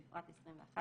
בפרט (21),